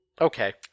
okay